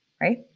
right